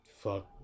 fuck